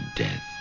death